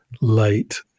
light